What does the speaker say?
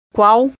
Qual